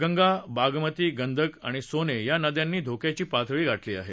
गंगा बागमतीगंदक आणि सोने या नद्यांनी धोक्याची पातळी गाठली आहे